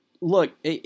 look